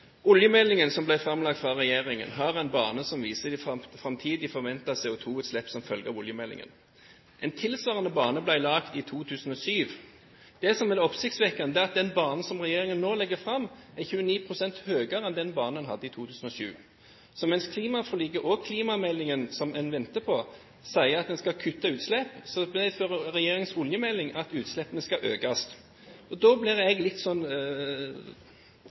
Oljemeldingen som ble framlagt av regjeringen, har en bane som viser de forventede framtidige CO2-utslipp som følge av oljemeldingen. En tilsvarende bane ble lagt i 2007. Det som er oppsiktsvekkende, er at den banen som regjeringen nå legger fram, er 29 pst. høyere enn den banen en hadde i 2007. Så mens klimaforliket og klimameldingen som en venter på, sier at en skal kutte utslipp, medfører regjeringens oljemelding at utslippene skal økes. Da blir jeg litt